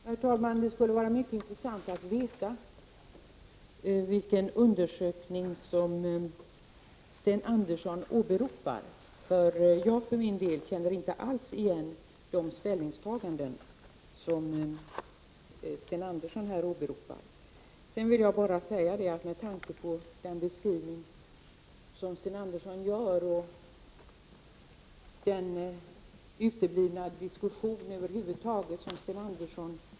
Herr talman! Det skulle vara mycket intressant att veta vilken undersökning som Sten Andersson i Malmö åberopar. Jag för min del känner inte alls igen de ställningstaganden han nämner. Jag beklagar Sten Anderssons beskrivning och den uteblivna miljödiskussionen.